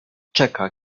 czeka